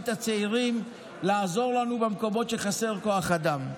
את הצעירים לעזור לנו במקומות שחסר בהם כוח אדם.